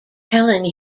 helen